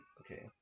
okay